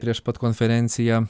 prieš pat konferenciją